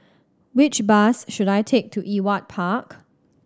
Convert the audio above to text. which bus should I take to Ewart Park